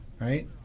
Right